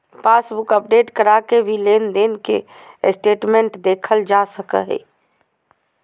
passbook update करा के भी लेनदेन के स्टेटमेंट देखल जा सकय हय